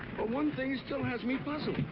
but one thing still has me puzzled.